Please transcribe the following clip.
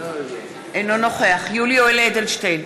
אינו נוכח יולי יואל אדלשטיין,